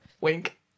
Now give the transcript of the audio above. wink